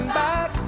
back